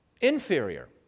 inferior